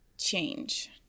change